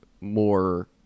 more